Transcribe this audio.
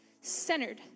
centered